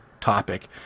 topic